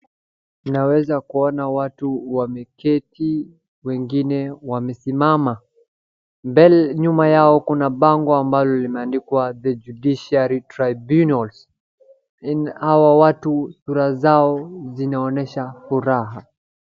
Tunaweza kuona watu wameketi wengine wamesimama. Nyuma yao kuko na bango ambalo limeandikwa The Judiciary Tribunal .Yaani hawa watu sura zao zinaonyesha furaha.